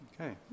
okay